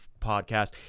podcast